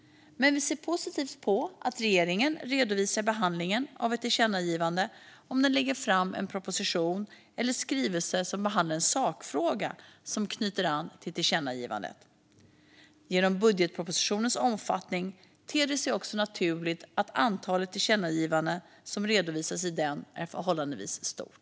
Vi ser dock positivt på att regeringen redovisar behandlingen av ett tillkännagivande om den lägger fram en proposition eller skrivelse som behandlar en sakfråga som knyter an till tillkännagivandet. Genom budgetpropositionens omfattning ter det sig också naturligt att antalet tillkännagivanden som redovisas i den är förhållandevis stort.